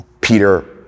peter